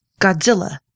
Godzilla